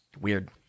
weird